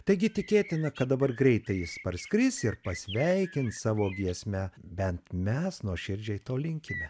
taigi tikėtina kad dabar greitai jis parskris ir pasveikins savo giesme bent mes nuoširdžiai to linkime